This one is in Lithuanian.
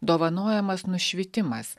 dovanojamas nušvitimas